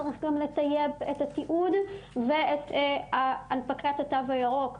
צריך גם לטייב את התיעוד ואת הנפקת התו הירוק,